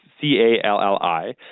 C-A-L-L-I